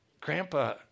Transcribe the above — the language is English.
Grandpa